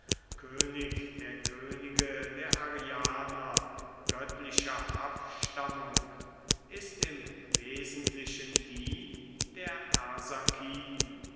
könig der könige der arianer göttlicher abstammung ist im wesentlichen die der